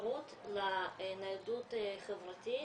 אפשרות לניידות חברתית